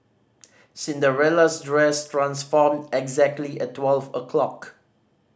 Cinderella's dress transformed exactly at twelve o'clock